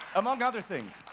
among other things.